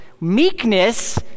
meekness